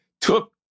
took